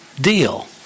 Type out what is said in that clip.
deal